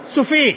סופית.